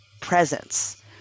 presence